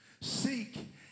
Seek